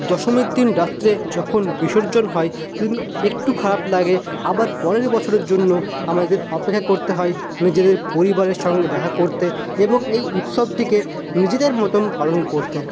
দশমীর দিন রাত্রে যখন বিসর্জন হয় একটু খারাপ লাগে আবার পরের বছরের জন্য আমাদের অপেক্ষা করতে হয় নিজেদের পরিবারের সঙ্গে দেখা করতে এবং এই উৎসবটিকে নিজেদের মতন পালন করতে